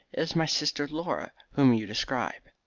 is my sister laura whom you describe.